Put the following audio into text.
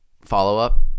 follow-up